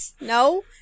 No